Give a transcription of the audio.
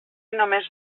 només